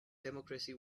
democracy